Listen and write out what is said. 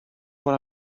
what